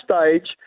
stage